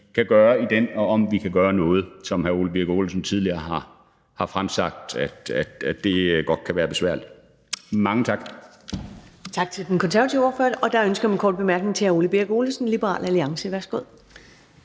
kan gøre i den, og om vi kan gøre noget ved det, som hr. Ole Birk Olesen tidligere har sagt godt kan være besværligt. Mange tak.